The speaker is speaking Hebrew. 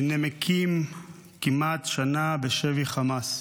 שנמקים כמעט שנה בשבי חמאס.